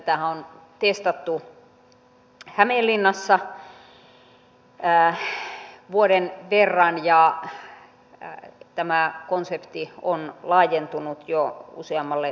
tätähän on testattu hämeenlinnassa vuoden verran ja tämä konsepti on laajentunut jo useammalle paikkakunnalle